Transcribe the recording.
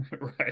Right